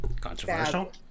controversial